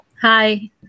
Hi